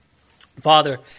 Father